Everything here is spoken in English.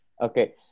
Okay